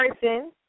person